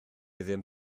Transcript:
ddim